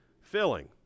filling